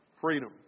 freedom